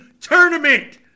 tournament